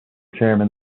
chairman